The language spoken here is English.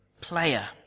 player